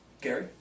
Gary